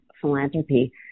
philanthropy